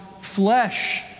flesh